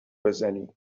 بزنی